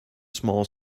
small